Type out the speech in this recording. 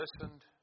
listened